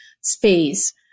space